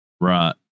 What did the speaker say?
Right